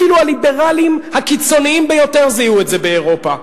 אפילו הליברלים הקיצוניים ביותר זיהו את זה באירופה,